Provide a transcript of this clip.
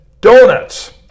donuts